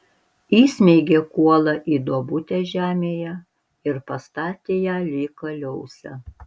įsmeigė kuolą į duobutę žemėje ir pastatė ją lyg kaliausę